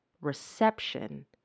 reception